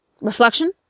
reflection